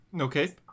Okay